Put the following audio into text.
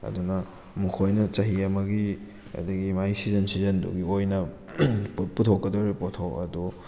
ꯑꯗꯨꯅ ꯃꯈꯣꯏꯅ ꯆꯍꯤ ꯑꯃꯒꯤ ꯑꯗꯒꯤ ꯃꯥꯒꯤ ꯁꯤꯖꯟ ꯁꯤꯖꯟꯗꯨꯒꯤ ꯑꯣꯏꯅ ꯄꯨꯊꯣꯛꯀꯗꯧꯔꯤꯕ ꯄꯣꯠꯊꯣꯛ ꯑꯗꯨ